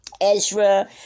Ezra